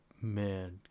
man